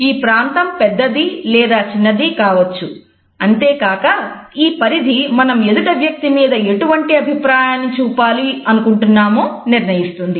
ఈ ప్రాంతం పెద్దది లేదా చిన్నది కావచ్చు అంతేకాక ఈ పరిధి మనం ఎదుట వ్యక్తి మీద ఎటువంటి అభిప్రాయాన్ని చూపాలి అనుకుంటున్నామో నిర్ణయిస్తుంది